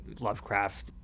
Lovecraft